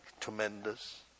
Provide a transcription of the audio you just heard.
tremendous